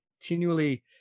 continually